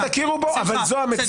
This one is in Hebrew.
אל תכירו בו, אבל זאת המציאות.